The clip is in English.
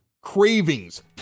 cravings